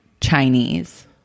Chinese